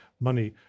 money